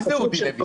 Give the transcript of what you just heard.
מי זה אודי לוי?